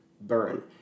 burn